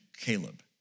Caleb